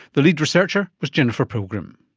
the lead researcher was jennifer pilgrim.